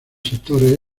sectores